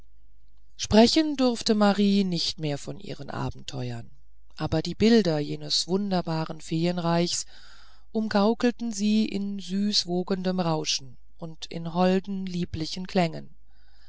sprechen durfte nun marie nicht mehr von ihrem abenteuer aber die bilder jenes wunderbaren feenreichs umgaukelten sie in süßwogendem rauschen und in holden lieblichen klängen